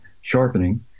sharpening